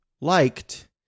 liked